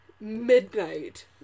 midnight